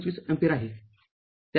२५ ampere आहे